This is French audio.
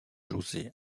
josé